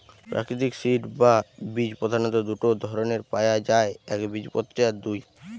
প্রাকৃতিক সিড বা বীজ প্রধাণত দুটো ধরণের পায়া যায় একবীজপত্রী আর দুই